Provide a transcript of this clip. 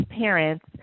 parents